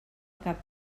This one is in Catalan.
cap